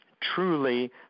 truly